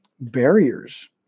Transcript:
barriers